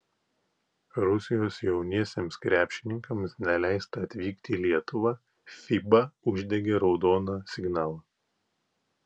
rusijos jauniesiems krepšininkams neleista atvykti į lietuvą fiba uždegė raudoną signalą